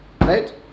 right